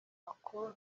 makuru